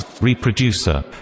Reproducer